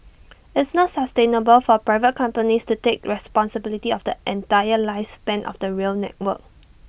it's not sustainable for private companies to take responsibility of the entire lifespan of the rail network